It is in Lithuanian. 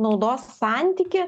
naudos santykį